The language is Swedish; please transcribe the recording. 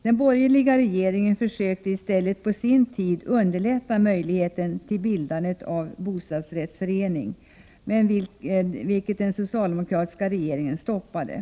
Den borgerliga regeringen försökte på sin tid att i stället underlätta möjligheten att bilda bostadsrättsförening, vilket den socialdemokratiska regeringen sedan stoppade.